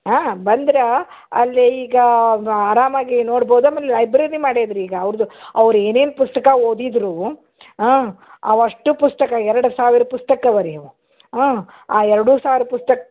ಹಾಂ ಬಂದ್ರೆ ಅಲ್ಲಿ ಈಗ ಬ ಅರಾಮಾಗಿ ನೋಡ್ಬೋದು ಆಮೇಲೆ ಲೈಬ್ರೆರಿ ಮಾಡಿದ್ರು ಈಗ ಅವ್ರದ್ದು ಅವ್ರು ಏನೇನು ಪುಸ್ತಕ ಓದಿದ್ರು ಆಂ ಅವಷ್ಟೂ ಪುಸ್ತಕ ಎರಡು ಸಾವಿರ ಪುಸ್ತಕ ಇವೆರೀ ಅವು ಆಂ ಆ ಎರಡೂ ಸಾವಿರ ಪುಸ್ತಕ